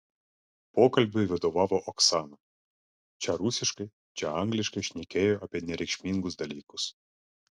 pokalbiui vadovavo oksana čia rusiškai čia angliškai šnekėjo apie nereikšmingus dalykus